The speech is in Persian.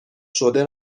شده